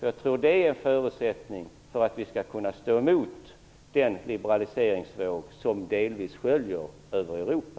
Jag tror att det är förutsättningen om vi skall kunna stå emot den liberaliseringsvåg som delvis sköljer över Europa.